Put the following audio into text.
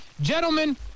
gentlemen